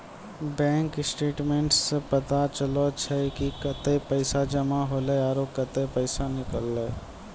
bank statements सें पता चलै छै कि कतै पैसा जमा हौले आरो कतै पैसा निकललै